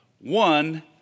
One